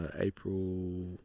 April